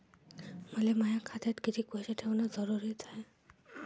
मले माया खात्यात कितीक पैसे ठेवण जरुरीच हाय?